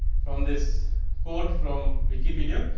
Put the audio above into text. from this court from wikipedia.